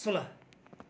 सोह्र